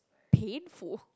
painful